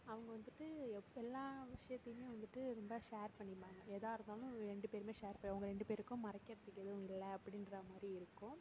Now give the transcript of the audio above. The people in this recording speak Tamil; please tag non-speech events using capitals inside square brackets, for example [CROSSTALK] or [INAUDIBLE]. அவங்க வந்துட்டு எப்போ எல்லா விஷயத்துலையுமே வந்துட்டு ரொம்ப ஷேர் பண்ணிப்பாங்க எதாக இருந்தாலும் ரெண்டு பேருமே ஷேர் [UNINTELLIGIBLE] அவங்க ரெண்டு பேருக்கும் மறைக்கிறதுக்கு எதுவும் இல்லை அப்படின்ற மாதிரி இருக்கும்